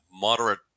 moderate